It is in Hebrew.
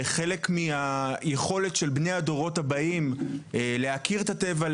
חלק מהיכולת של בני הדורות הבאים להכיר את הטבע,